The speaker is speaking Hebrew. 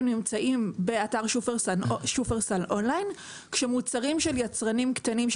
נמצאים באתר שופרסל און ליין כשמוצרים של יצרנים קטנים,